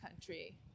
country